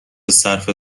صرف